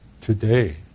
today